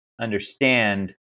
understand